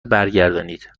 برگردانید